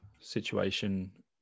situation